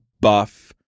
buff